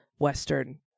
Western